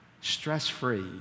stress-free